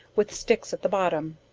with sticks at the bottom,